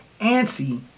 antsy